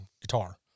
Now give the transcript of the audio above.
guitar